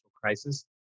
crisis